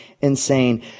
insane